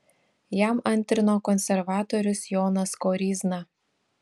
jam antrino konservatorius jonas koryzna